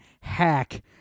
hack